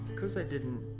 because i didn't